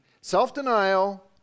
Self-denial